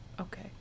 okay